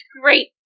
great